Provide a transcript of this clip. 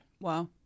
Wow